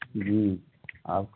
جی آپ